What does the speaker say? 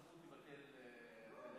להעביר את הנושא לוועדת הכלכלה נתקבלה.